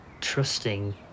trusting